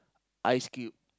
ice cube